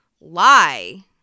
lie